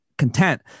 content